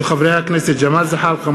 הצעתם של חברי הכנסת ג'מאל זחאלקה,